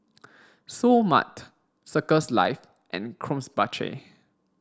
Seoul Mart Circles Life and Krombacher